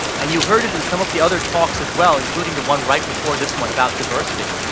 and you heard it in some of the other talks as well, including the one right before this one, about diversity,